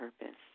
purpose